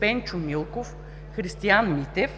Пенчо Милков и Христиан Митев,